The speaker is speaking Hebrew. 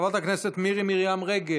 חברת הכנסת מירי מרים רגב,